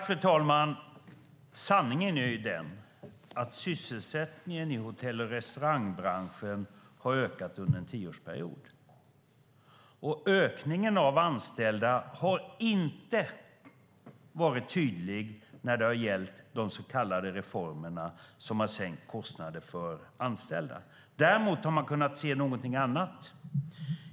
Fru talman! Sanningen är den att sysselsättningen i hotell och restaurangbranschen har ökat under en tioårsperiod, men ökningen av anställda har inte varit tydlig när det gällt de så kallade reformerna som sänkt kostnaderna för anställda. Däremot har man kunnat se någonting annat.